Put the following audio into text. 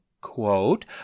quote